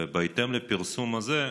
בהתאם לפרסום זה,